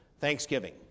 Thanksgiving